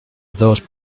those